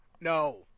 no